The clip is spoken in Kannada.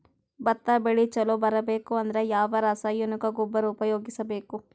ಭತ್ತ ಬೆಳಿ ಚಲೋ ಬರಬೇಕು ಅಂದ್ರ ಯಾವ ರಾಸಾಯನಿಕ ಗೊಬ್ಬರ ಉಪಯೋಗಿಸ ಬೇಕು?